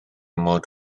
mod